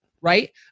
right